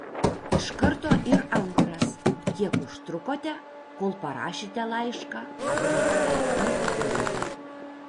iš karto ir antras kiek užtrukote kol parašėte laišką apie ei klaidą